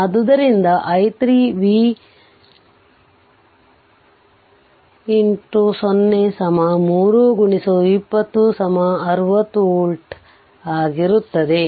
ಆದ್ದರಿಂದ i 3 v x 0 3 20 60 Vವೋಲ್ಟೇಜ್ 60 V ಆಗಿರುತ್ತದೆ